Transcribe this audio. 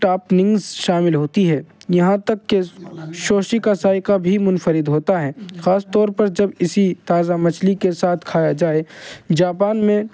toppings شامل ہوتی ہے یہاں تک کہ شوشی کا ذائقہ بھی منفرد ہوتا ہے خاص طور پر جب اسی تازہ مچھلی کے ساتھ کھایا جائے جاپان میں